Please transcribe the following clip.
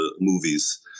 movies